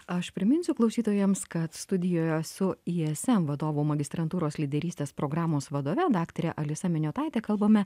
aš priminsiu klausytojams kad studijoje su ism vadovų magistrantūros lyderystės programos vadove daktare alisa miniotaite kalbame